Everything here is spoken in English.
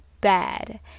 bad